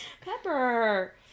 Pepper